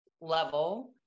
level